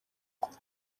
kuba